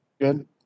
Good